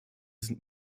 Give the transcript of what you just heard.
sind